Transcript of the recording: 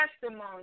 testimony